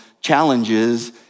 challenges